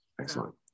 excellent